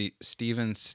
Steven